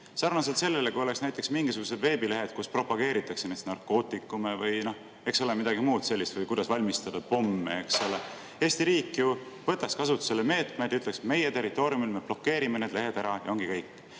Sarnaselt sellega, kui oleks näiteks mingisugused veebilehed, kus propageeritakse narkootikume või midagi muud sellist või [õpetatakse], kuidas valmistada pomme. Eesti riik võtaks kasutusele meetmed ja ütleks: meie territooriumil blokeerime need lehed ära, ja ongi kõik.